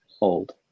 old